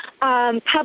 Public